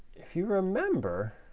if you remember